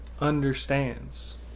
understands